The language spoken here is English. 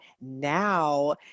now